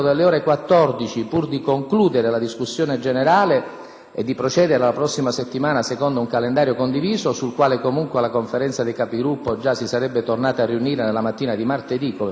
e di procedere la prossima settimana secondo un calendario condiviso, sul quale comunque la Conferenza dei Capigruppo si sarebbe tornata a riunire nella mattina di martedì, come facciamo sempre, che prevedeva innanzitutto un decreto-legge e poi